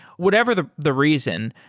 whatever the the reason,